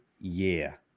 year